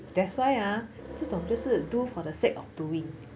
that's why ah 这种就是 do for the sake of doing